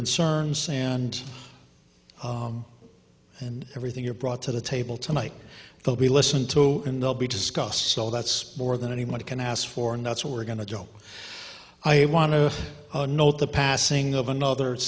concerns and and everything you're brought to the table tonight will be listened to and they'll be discussed so that's more than anybody can ask for and that's what we're going to joe i want to note the passing of another it